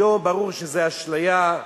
היום ברור שזה אשליה,